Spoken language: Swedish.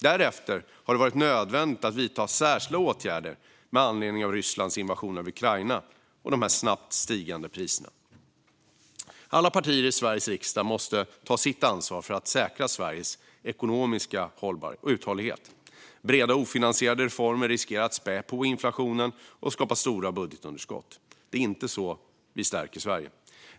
Därefter har det varit nödvändigt att vidta särskilda åtgärder med anledning av Rysslands invasion av Ukraina och de snabbt stigande priserna. Alla partier i Sveriges riksdag måste ta sitt ansvar för att säkra Sveriges ekonomiska hållbarhet och uthållighet. Breda ofinansierade reformer riskerar att späda på inflationen och skapa stora budgetunderskott. Det är inte så vi stärker Sverige.